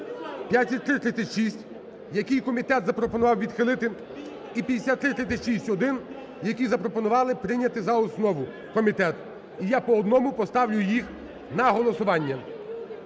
5336, який комітет запропонував відхилити і 5336-1, який запропонували прийняти за основу, комітет. І я по одному поставлю їх на голосування.